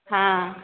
हँ